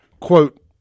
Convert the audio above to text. Quote